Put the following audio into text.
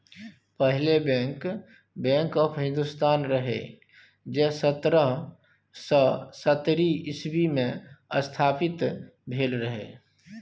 पहिल bank, bank of Hindustan रहय जे सतरह सय सत्तरि इस्बी मे स्थापित भेल रहय